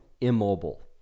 immobile